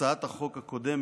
הצעת החוק הקודמת,